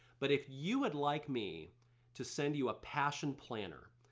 but if you would like me to send you a passion planner,